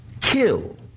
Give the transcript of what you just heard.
kill